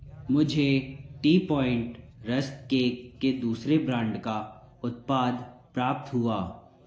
मुझे tea point rusk cake के दूसरे ब्रांड का उत्पाद प्राप्त हुआ